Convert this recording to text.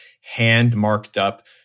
hand-marked-up